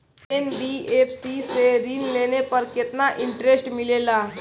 NBFC से ऋण लेने पर केतना इंटरेस्ट मिलेला?